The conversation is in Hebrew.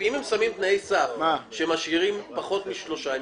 אם הם שמים תנאי סף שמשאירים פחות משלוש חברות,